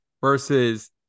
versus